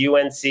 UNC